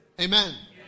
Amen